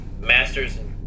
masters